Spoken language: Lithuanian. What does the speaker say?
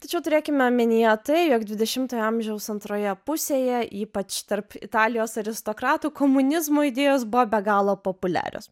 tačiau turėkime omenyje tai jog dvidešimtojo amžiaus antroje pusėje ypač tarp italijos aristokratų komunizmo idėjos buvo be galo populiarios